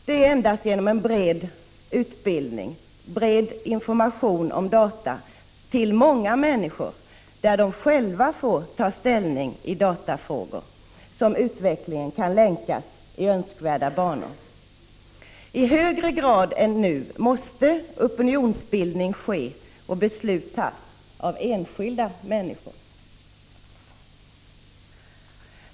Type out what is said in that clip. Det är endast genom en bred utbildning, bred information om data till många människor, där de själva får ta ställning i datafrågor, som utvecklingen kan bli den vi önskar. I högre grad än nu måste opinionsbildning ske och beslut fattas av enskilda människor.